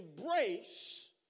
embrace